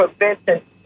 prevention